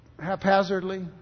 Haphazardly